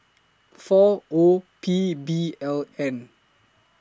four O P B L N